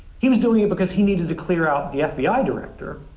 he was doing it because he needed to clear out the fbi director,